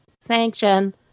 sanction